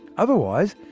otherwise,